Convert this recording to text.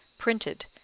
printed,